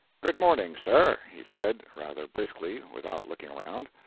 good morning, sir, he said, rather briskly, without looking around.